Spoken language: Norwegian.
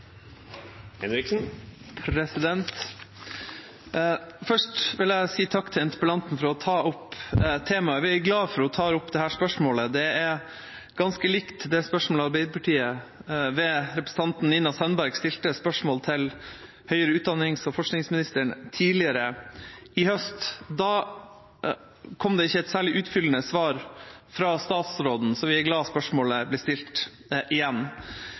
til interpellanten for å ta opp temaet. Vi er glad for at hun tar opp dette spørsmålet. Det er ganske likt det spørsmålet Arbeiderpartiet, ved representanten Nina Sandberg, stilte til høyere utdannings- og forskningsministeren tidligere, i fjor vår. Da kom det ikke særlig utfyllende svar fra statsråden, så vi er glad for at spørsmålet igjen blir stilt.